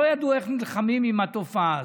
לא ידעו איך נלחמים בתופעה הזאת,